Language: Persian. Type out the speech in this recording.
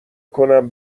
کنم